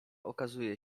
okazuje